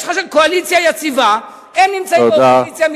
יש לך קואליציה יציבה, הם נמצאים באופוזיציה.